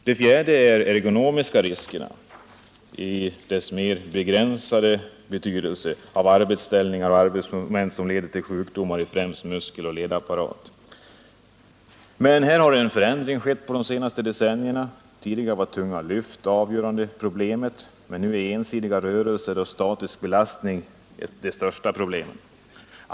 Sedan har vi ergonomiska risker i ordets mera begränsade betydelse av arbetsställningar och arbetsmoment som leder till sjukdomar i främst muskeloch ledapparat. Här har en förändring skett under de senaste decennierna. Tidigare var tunga lyft det avgörande problemet, men nu är ensidiga rörelser och statisk belastning de största bekymren.